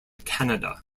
canada